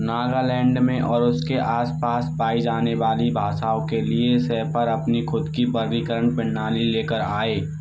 नागालैंड में और उसके आस पास पाई जाने वाली भाषाओं के लिए सेफर अपनी ख़ुद की वर्गीकरण प्रणाली लेकर आए